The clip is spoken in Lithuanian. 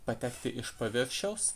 patekti iš paviršiaus